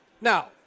Now